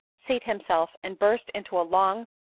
seat himself, and burst into a long,